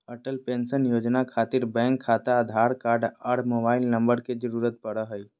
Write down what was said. Atal pension योजना खातिर bank खाता आधार कार्ड आर मोबाइल नम्बर के जरूरत परो हय